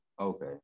Okay